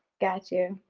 gotcha.